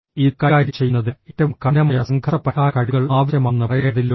ഇത് കൈകാര്യം ചെയ്യുന്നതിന് ഏറ്റവും കഠിനമായ സംഘർഷ പരിഹാര കഴിവുകൾ ആവശ്യമാണെന്ന് പറയേണ്ടതില്ലല്ലോ